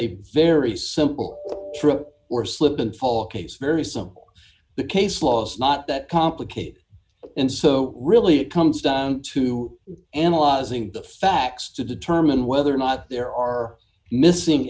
a very simple trip or slip and fall case very simple the case law is not that complicated and so really it comes down to analyzing the facts to determine whether or not there are missing